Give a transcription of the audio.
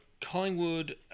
Collingwood